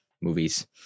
movies